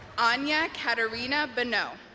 anja katarina boneau